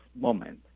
moment